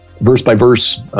verse-by-verse